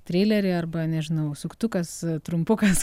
treilerį arba nežinau suktukas trumpukas